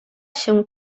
się